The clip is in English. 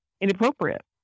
inappropriate